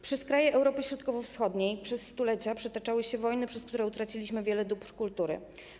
Przez kraje Europy Środkowowschodniej przez stulecia przetaczały się wojny, przez które utraciliśmy wiele dóbr kultury.